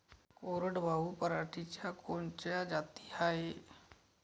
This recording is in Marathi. कोरडवाहू पराटीच्या कोनच्या जाती हाये?